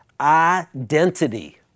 identity